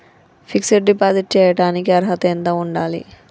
Fix డ్ deposit చేయటానికి అర్హత ఎంత ఉండాలి?